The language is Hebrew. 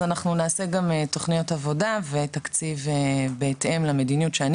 אז אנחנו נעשה גם תכניות עבודה ותקציב בהתאם למדיניות שאני